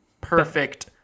perfect